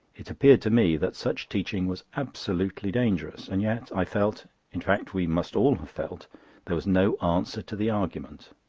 it appeared to me that such teaching was absolutely dangerous, and yet i felt in fact we must all have felt there was no answer to the argument.